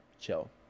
chill